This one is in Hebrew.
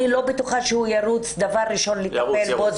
אני לא בטוחה שהוא ירוץ דבר ראשון לטפל בו.